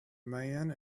man